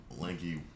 lanky